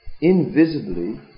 invisibly